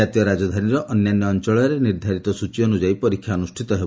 ଜାତୀୟ ରାଜଧାନୀର ଅନ୍ୟାନ୍ୟ ଅଞ୍ଚଳରେ ନିର୍ଦ୍ଧାରିତ ସୂଚୀ ଅନୁଯାୟୀ ପରୀକ୍ଷା ଅନୁଷ୍ଠିତ ହେବ